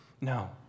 No